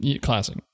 classic